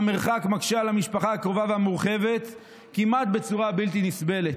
המרחק מקשה על המשפחה הקרובה והמורחבת כמעט בצורה בלתי נסבלת.